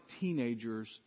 teenagers